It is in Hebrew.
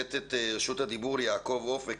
ולתת את רשות הדיבור ליעקב אופק,